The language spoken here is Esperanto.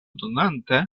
donante